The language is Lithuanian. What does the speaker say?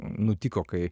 nutiko kai